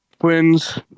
Twins